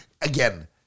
Again